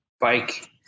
bike